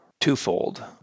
twofold